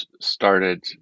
started